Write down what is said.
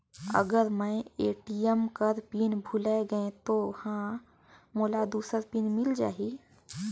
अगर मैं ए.टी.एम कर पिन भुलाये गये हो ता मोला दूसर पिन मिल जाही?